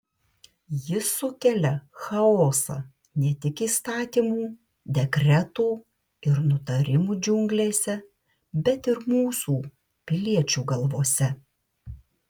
jis sukelia chaosą ne tik įstatymų dekretų ir nutarimų džiunglėse bet ir mūsų piliečių galvose